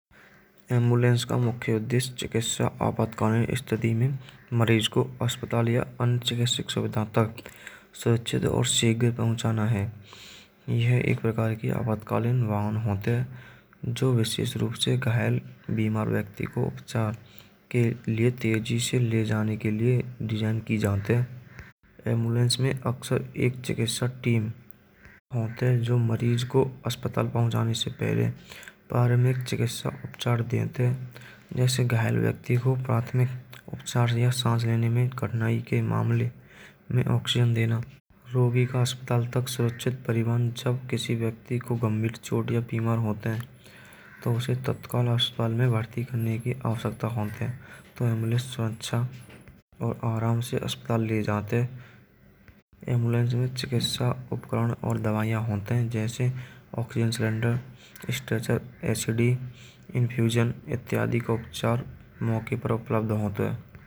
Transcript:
ऐम्ब्यूलेंस का मुख्य उद्देश्य चिकित्सा आपातकालिन स्थिति में मरीज़ को अस्पताल या अन्य चिकित्सिक सुविधा तक सुरक्षित और शीघ्र पहुँचाना है। यह एक प्रकार की आपातकालिन वाहन होत है जो विशेष रूप से घायल बीमार व्यक्ति को इलाज के लिए तेजी से ले जाने के लिए डिज़ाइन की जात है। ऐम्ब्यूलेंस में अक्सर एक चिकित्सक टीम होत है। जो मरीज़ को अस्पताल में पहुँचाने से पहले प्राथमिक चिकित्सा उपचार देत है। जैसे घायल व्यक्ति को प्राथमिक उपचार या साँस लेने में कठिनाई के मामले में ऑक्सीजन देना। रोगी का अस्पताल तक सुरक्षित परिवहन जब किसी व्यक्ति को गंभीर चोट या बीमारी होत है। तो उसे तत्काल अस्पताल में भर्ती करने की आवश्यकता होत है। तो ऐम्ब्यूलेंस सुरक्षा और आराम से अस्पताल ले जात है। ऐम्ब्यूलेंस में चिकित्सा उपकरण और दवाइयाँ होत है। जैसे ऑक्सीजन सिलेंडर, स्ट्रेचर, ऐसिडी, इन्फ्युजन इत्यादि का उपचार मौके पर उपलब्ध होत है।